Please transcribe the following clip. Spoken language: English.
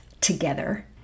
together